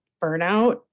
burnout